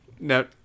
Now